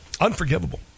Unforgivable